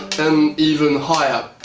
and even higher,